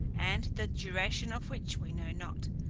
and the duration of which we know not.